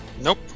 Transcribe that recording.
Nope